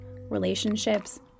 relationships